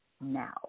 now